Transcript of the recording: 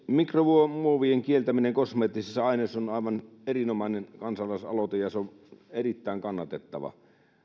mikromuovien kieltäminen kosmeettisissa aineissa on aivan erinomainen kansalaisaloite ja se on erittäin kannatettava